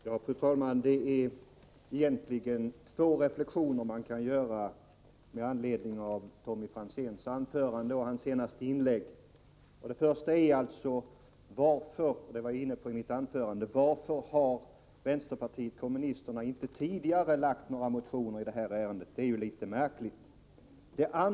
Fru talman! Man kan göra två reflexioner med anledning av Tommy Franzéns huvudanförande och hans senaste inlägg. Den första reflexionen är: Varför har inte vpk tidigare väckt några motioner i detta ärende? Det är litet märkligt.